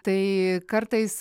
tai kartais